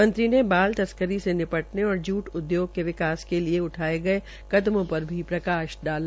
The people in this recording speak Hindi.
मंत्री ने बाल तस्करी से निपटने और जूट उद्योग के विकास के लिए उठाये गये कदमों पर भी प्रकाश डाला